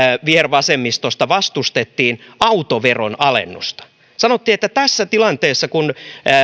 vihervasemmistosta vastustettiin autoveron alennusta sanottiin että tämähän on aivan älytöntä että tässä tilanteessa kun